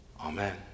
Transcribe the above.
Amen